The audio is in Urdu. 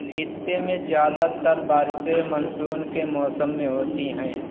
خطے میں زیادہ تر بارشیں منسون کے موسم میں ہوتی ہیں